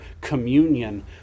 communion